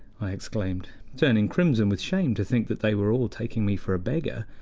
i exclaimed, turning crimson with shame to think that they were all taking me for a beggar.